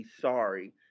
sorry